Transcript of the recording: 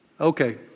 Okay